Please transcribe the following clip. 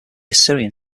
assyrian